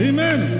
Amen